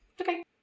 Okay